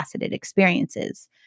experiences